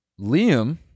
Liam